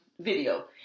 video